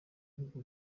bihugu